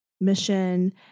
mission